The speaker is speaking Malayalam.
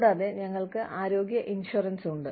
കൂടാതെ ഞങ്ങൾക്ക് ആരോഗ്യ ഇൻഷുറൻസ് ഉണ്ട്